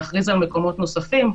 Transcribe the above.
להכריז על מקומות נוספים,